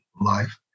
life